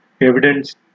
evidence